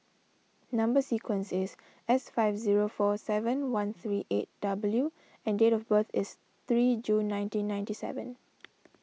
Number Sequence is S five zero four seven one three eight W and date of birth is three June nineteen ninety seven